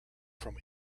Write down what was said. from